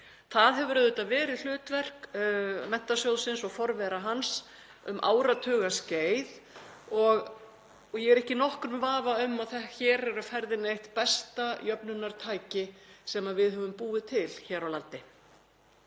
Það hefur auðvitað verið hlutverk Menntasjóðsins og forvera hans um áratugaskeið og ég er ekki í nokkrum vafa um að hér er á ferðinni eitt besta jöfnunartæki sem við höfum búið til hér á landi